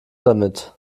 damit